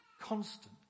constant